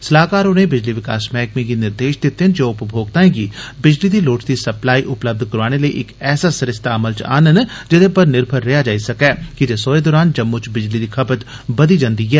सलाह्कार होरें बिजली विकास मैह्कमे गी निर्देश दित्ते जे ओह् उपमोक्ताएं गी बिजली दी लोड़चदी सप्लाई उपलब्य करोआने लेई इक ऐसा सरिस्ता अमल च आह्नन जेह्दे पर निर्भर रेया जाई सकै कीजे सोए दौरान जम्मू च बिजली दी खपत बघी जंदी ऐ